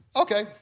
Okay